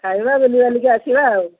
ଖାଇବା ବୁଲିବାଲିକି ଆସିବା ଆଉ